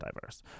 diverse